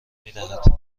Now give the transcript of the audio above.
میدهد